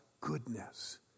goodness